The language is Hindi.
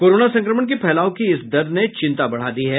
कोरोना संक्रमण के फैलाव की इस दर ने चिंता बढ़ा दी है